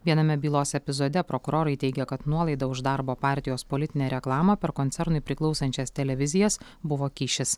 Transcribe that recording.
viename bylos epizode prokurorai teigia kad nuolaidą už darbo partijos politinę reklamą per koncernui priklausančias televizijas buvo kyšis